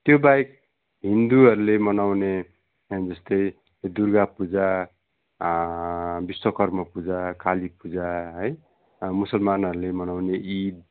त्यो बाहेक हिन्दूहरूले मनाउने जस्तै दुर्गा पूजा विश्वकर्म पूजा काली पूजा है मुसलमानहरूले मनाउने इद